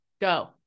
go